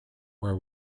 where